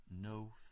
no